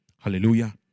Hallelujah